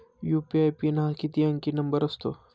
UPI PIN हा किती अंकी नंबर असतो?